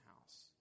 house